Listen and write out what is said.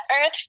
earth